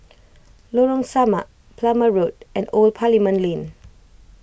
Lorong Samak Plumer Road and Old Parliament Lane